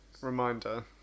reminder